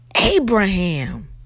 Abraham